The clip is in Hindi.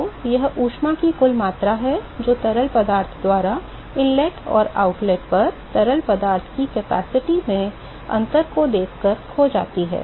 तो यह ऊष्मा की कुल मात्रा है जो तरल पदार्थ द्वारा इनलेट और आउटलेट पर तरल पदार्थ की क्षमता में अंतर को देखकर खो जाती है